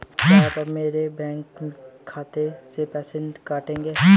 क्या आप मेरे बैंक खाते से पैसे काटेंगे?